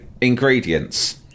ingredients